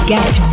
Get